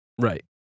Right